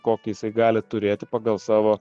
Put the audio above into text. kokį jisai gali turėti pagal savo